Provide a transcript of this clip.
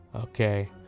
Okay